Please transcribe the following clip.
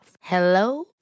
Hello